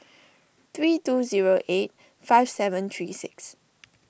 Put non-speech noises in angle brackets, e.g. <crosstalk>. three two zero eight five seven three six <noise>